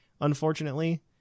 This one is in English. unfortunately